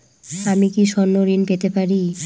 আমি কি স্বর্ণ ঋণ পেতে পারি?